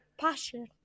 passion